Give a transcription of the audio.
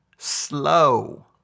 Slow